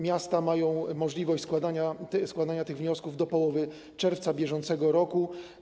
Miasta mają możliwość składania tych wniosków do połowy czerwca br.